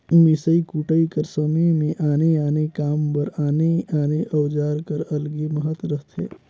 मिसई कुटई कर समे मे आने आने काम बर आने आने अउजार कर अलगे महत रहथे